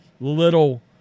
Little